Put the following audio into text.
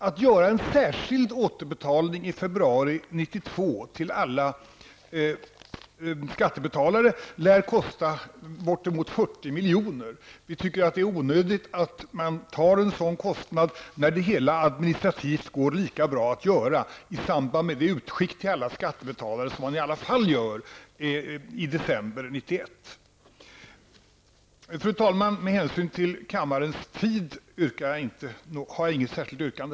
Att göra en särskild återbetalning i februari 1992 till alla skattebetalare lär kosta ca 40 milj.kr. Vi tycker att det är onödigt att ta en sådan kostnad när det hela administrativt går lika bra att göra i samband med det utskick till alla skattebetalare som i alla fall skall göras i december 1991. Fru talman! Med hänsyn till kammarens tid har jag inget särskilt yrkande.